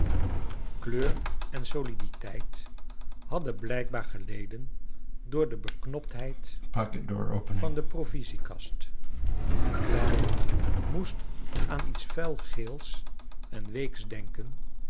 kleur en soliditeit hadden blijkbaar eleden door de beknoptheid charles dickens van de provisiekast clennam moest aan iets vuilgeels en weeks denken